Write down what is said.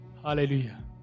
Hallelujah